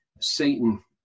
satan